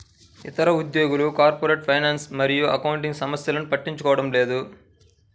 ఇతర ఉద్యోగులు corporate finance మరియు అకౌంటింగ్ సమస్యలను పట్టించుకోవడం లేదు